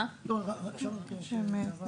לא, אפשר רק לשאול?